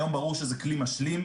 היום ברור שזה כלי משלים,